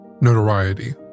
notoriety